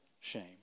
shame